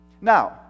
Now